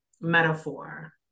metaphor